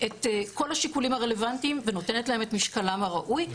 את כל השיקולים הרלוונטיים ונותנת להם את משקלם הראוי,